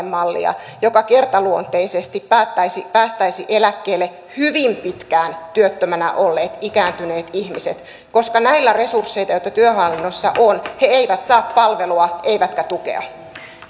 mallia joka kertaluonteisesti päästäisi päästäisi eläkkeelle hyvin pitkään työttömänä olleet ikääntyneet ihmiset koska näillä resursseilla joita työhallinnossa on he eivät saa palvelua eivätkä tukea